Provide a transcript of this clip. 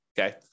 okay